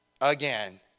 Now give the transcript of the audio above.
again